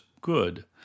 good